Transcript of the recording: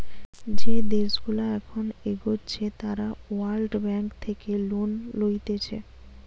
যে দেশগুলা এখন এগোচ্ছে তারা ওয়ার্ল্ড ব্যাঙ্ক থেকে লোন লইতেছে